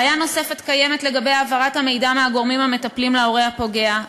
בעיה נוספת קיימת לגבי העברת המידע מהגורמים המטפלים להורה הפוגע,